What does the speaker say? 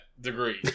degree